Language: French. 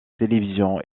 télévision